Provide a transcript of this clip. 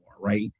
right